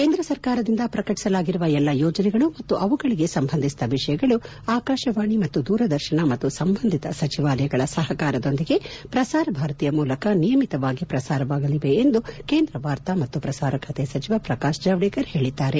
ಕೇಂದ್ರ ಸರ್ಕಾರದಿಂದ ಪ್ರಕಟಿಸಲಾಗಿರುವ ಎಲ್ಲಾ ಯೋಜನೆಗಳು ಮತ್ತು ಅವುಗಳಿಗೆ ಸಂಬಂಧಿಸಿದ ವಿಷಯಗಳು ಆಕಾಶವಾಣಿ ಮತ್ತು ದೂರದರ್ಶನ ಮತ್ತು ಸಂಬಂಧಿತ ಸಚಿವಾಲಯಗಳ ಸಹಕಾರದೊಂದಿಗೆ ಪ್ರಸಾರ ಭಾರತಿಯ ಮೂಲಕ ನಿಯಮಿತವಾಗಿ ಪ್ರಸಾರವಾಗಲಿವೆ ಎಂದು ಕೇಂದ್ರ ವಾರ್ತಾ ಮತ್ತು ಪ್ರಸಾರ ಖಾತೆ ಸಚಿವ ಪ್ರಕಾತ್ ಜಾವ್ದೇಕರ್ ಹೇಳಿದ್ದಾರೆ